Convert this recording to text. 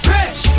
Rich